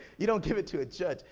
you don't give it to a judge.